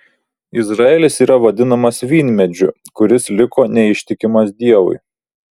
izraelis yra vadinamas vynmedžiu kuris liko neištikimas dievui